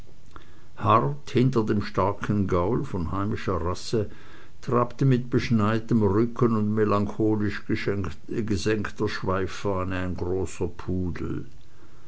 hart hinter dem starken gaul von heimischer rasse trabte mit beschneitem rücken und melancholisch gesenkter schweiffahne ein großer pudel